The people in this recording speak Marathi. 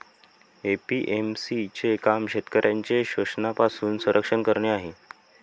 ए.पी.एम.सी चे काम शेतकऱ्यांचे शोषणापासून संरक्षण करणे आहे